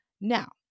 Now